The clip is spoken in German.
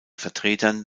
vertretern